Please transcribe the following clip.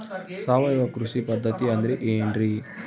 ಸಾವಯವ ಕೃಷಿ ಪದ್ಧತಿ ಅಂದ್ರೆ ಏನ್ರಿ?